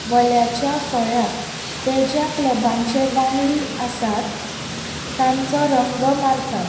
व्हल्याच्या फळ्याक ते ज्या क्लबांचे वांगडी आसात तांचो रंग मारतात